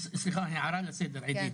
סליחה, הערה לסדר, עידית.